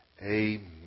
amen